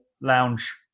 Lounge